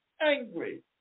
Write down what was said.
angry